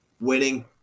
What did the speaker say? winning